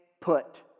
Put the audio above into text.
put